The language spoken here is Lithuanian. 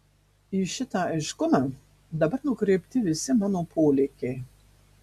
į šitą aiškumą dabar nukreipti visi mano polėkiai